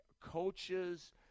coaches